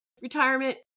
retirement